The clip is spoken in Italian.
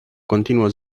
continuo